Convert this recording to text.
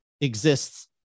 exists